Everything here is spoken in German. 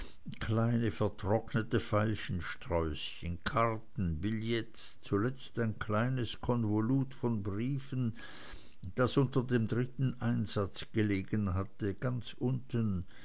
kleine vertrocknete veilchensträußchen karten billetts zuletzt ein kleines konvolut von briefen das unter dem dritten einsatz gelegen hatte ganz unten